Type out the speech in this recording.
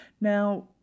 Now